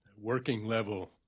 working-level